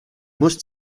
must